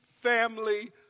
family